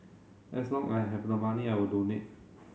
as long I have the money I will donate